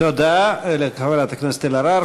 תודה לחברת הכנסת אלהרר.